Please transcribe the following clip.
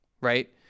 right